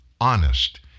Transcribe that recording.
honest